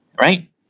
right